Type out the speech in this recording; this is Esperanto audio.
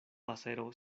pasero